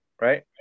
right